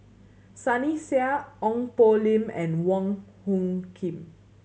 Sunny Sia Ong Poh Lim and Wong Hung Khim